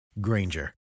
Granger